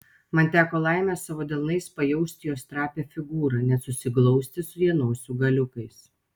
man teko laimė savo delnais pajausti jos trapią figūrą net susiglausti su ja nosių galiukais